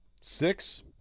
Six